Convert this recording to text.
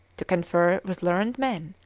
to confer with learned men,